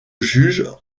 juge